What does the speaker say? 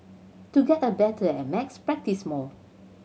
to get a better at maths practise more